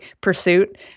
pursuit